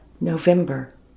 November